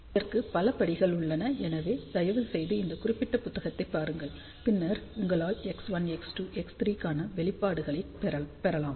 இதற்கு பல படிகள் உள்ளன எனவே தயவுசெய்து இந்த குறிப்பிட்ட புத்தகத்தைப் பாருங்கள் பின்னர் உங்களால் X1 X2 X3 க்கான வெளிப்பாடுகளைப் பெறலாம்